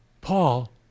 Paul